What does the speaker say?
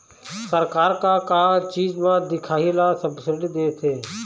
सरकार का का चीज म दिखाही ला सब्सिडी देथे?